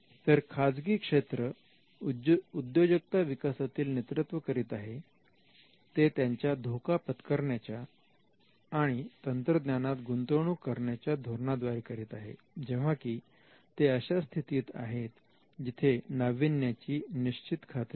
तर खाजगी क्षेत्र उद्योजकता विकासातील नेतृत्व करीत करीत आहे ते त्यांच्या धोका पत्करण्याच्या आणि तंत्रज्ञानात गुंतवणूक करण्याच्या धोरणाद्वारे करीत आहे जेव्हा की ते अशा स्थितीत आहेत जिथे नावीन्याची निश्चित खात्री नाही